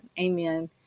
amen